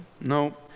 No